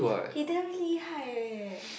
he damn 厉害 eh